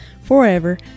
forever